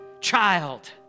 child